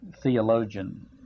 theologian